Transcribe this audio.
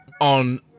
on